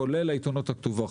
כולל העיתונות הכתובה.